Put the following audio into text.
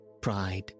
pride